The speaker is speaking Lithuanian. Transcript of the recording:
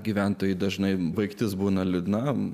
gyventojai dažnai baigtis būna liūdnam